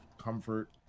comfort